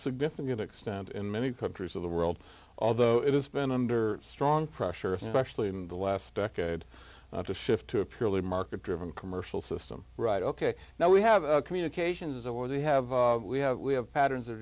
significant extent in many countries of the world although it has been under strong pressure especially in the last decade to shift to a purely market driven commercial system right ok now we have a communications or they have we have we have patterns